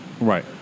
Right